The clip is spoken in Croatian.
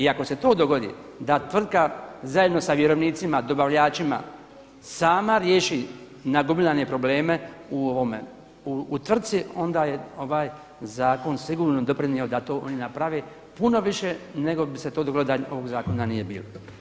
I ako se to dogodi da tvrtka zajedno sa vjerovnicima dobavljačima sama riješi nagomilane probleme u ovome, u tvrtci onda je ovaj zakon sigurno doprinio da to oni naprave puno više nego bi se to dogodilo da ovog zakona nije bilo.